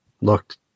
looked